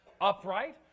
upright